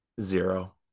zero